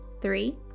three